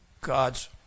God's